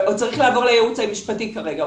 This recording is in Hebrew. הוא צריך לעבור לייעוץ המשפטי כרגע,